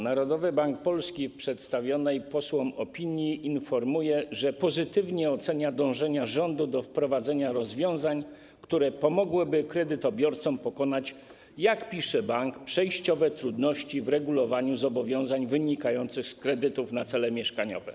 Narodowy Bank Polski w przedstawionej posłom opinii informuje, że pozytywnie ocenia dążenia rządu do wprowadzenia rozwiązań, które pomogłyby kredytobiorcom pokonać, jak pisze bank, przejściowe trudności w regulowaniu zobowiązań wynikających z kredytów na cele mieszkaniowe.